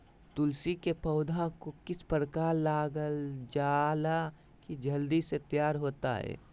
तुलसी के पौधा को किस प्रकार लगालजाला की जल्द से तैयार होता है?